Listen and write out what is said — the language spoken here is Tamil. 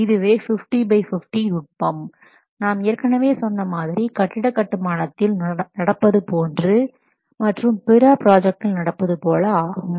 இதுவே 50 பை 50 நுட்பம் நாம் ஏற்கனவே சொன்ன மாதிரி கட்டிட கட்டுமானத்தில் நடப்பது மற்றும் பிற ப்ராஜெக்டில் நடப்பது போல ஆகும்